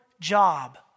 job